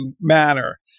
manner